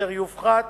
אשר יופחת